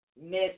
miss